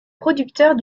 producteurs